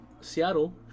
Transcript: Seattle